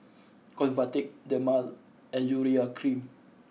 Convatec Dermale and Urea cream